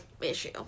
issue